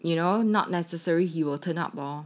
you know not necessary he will turn up lor